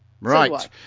Right